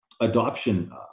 adoption